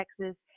Texas